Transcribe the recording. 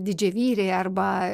didžiavyriai arba